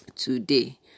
Today